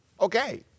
okay